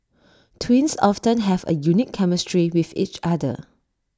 twins often have A unique chemistry with each other